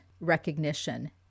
recognition